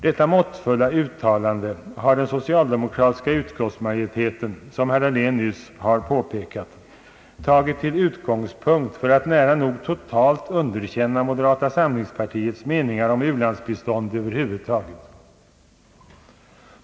Detta måttfulla uttalande har den socialdemokratiska utskottsmajoriteten, som herr Dahlén nyss påpekade, tagit till utgångspunkt för att nära nog totalt underkänna moderata samlingspartiets meningar om u-landsbiståndet över huvud taget.